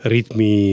Ritmi